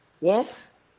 Yes